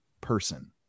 person